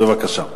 בבקשה.